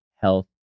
health